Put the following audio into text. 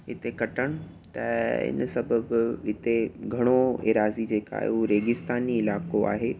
इते कटनि त इन सबब इते घणो एराज़ी जेका आहे उहा रेगिस्तानी इलाइक़ो आहे